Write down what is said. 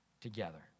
together